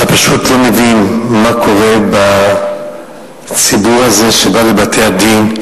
אתה פשוט לא מבין מה קורה בציבור הזה שבא לבתי-הדין,